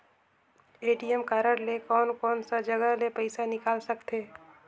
ATM card ले कोन कोन सा जगह ले पइसा निकाल सकथे?